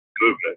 movement